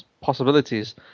possibilities